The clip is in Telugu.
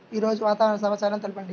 ఈరోజు వాతావరణ సమాచారం తెలుపండి